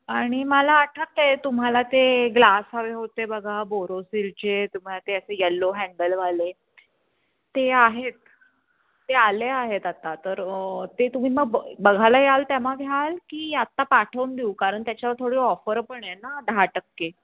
आणि मला आठवतं आहे तुम्हाला ते ग्लास हवे होते बघा बोरोसिलचे तुम्हाला ते असे यलो हँडलवाले ते आहेत ते आले आहेत आता तर ते तुम्ही मग ब बघायला याल तेव्हा घ्याल की आत्ता पाठवून देऊ कारण त्याच्यावर थोडी ऑफर पण आहे ना दहा टक्के